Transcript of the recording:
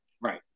Right